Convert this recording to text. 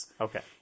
Okay